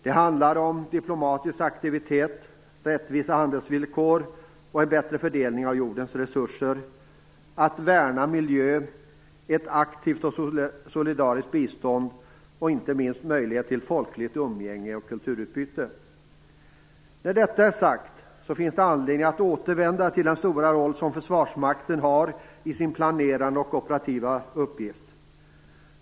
Det handlar om diplomatisk aktivitet, rättvisa handelsvillkor, en bättre fördelning av jordens resurser, värnet om miljön, ett aktivt och solidariskt bistånd och inte minst möjligheten till folkligt umgänge och kulturutbyte. När detta är sagt finns det anledning att återvända till den stora roll som Försvarsmakten har i dess planerande och operativa uppgift.